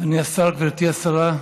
אדוני השר, גברתי השרה,